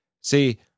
See